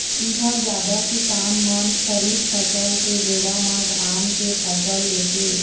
इहां जादा किसान मन खरीफ फसल के बेरा म धान के फसल लेथे